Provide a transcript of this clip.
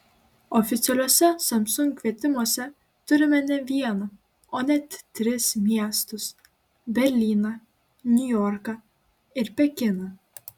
oficialiuose samsung kvietimuose turime ne vieną o net tris miestus berlyną niujorką ir pekiną